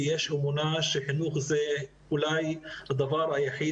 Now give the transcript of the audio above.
כי יש אמונה שחינוך הוא אולי הדבר היחיד